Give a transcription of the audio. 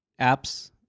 apps